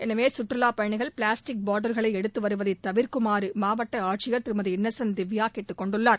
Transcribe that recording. எனவே சுற்றுலாப் பயனிகள் பிளாஸ்டிக் பாட்டில்களை எடுத்து வருவதை தவிர்க்குமாறு மாவட்ட ஆட்சியர் திருமதி இன்னசென்ட் திவ்யா கேட்டுக்கொண்டுள்ளார்